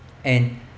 and